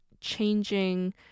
changing